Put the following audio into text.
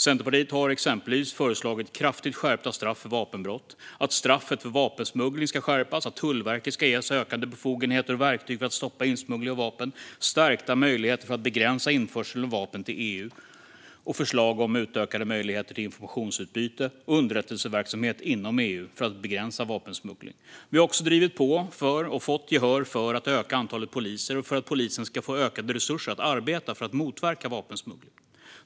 Centerpartiet har exempelvis föreslagit kraftigt skärpta straff för vapenbrott, att straffet för vapensmuggling ska skärpas och att Tullverket ska ges ökade befogenheter och verktyg för att stoppa insmuggling av vapen. Vi har föreslagit stärkta möjligheter att begränsa införseln av vapen till EU och utökade möjligheter till informationsutbyte och underrättelseverksamhet inom EU för att begränsa vapensmuggling. Vi har drivit på och fått gehör för att man ska öka antalet poliser och för att polisen ska få ökade resurser för att arbeta med att motverka vapensmuggling.